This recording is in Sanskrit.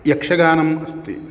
यक्षगानम् अस्ति